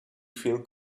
feel